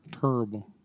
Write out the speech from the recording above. Terrible